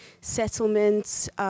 settlements